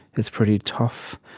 it's pretty tough.